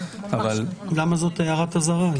למה זאת הערת אזהרה?